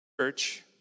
church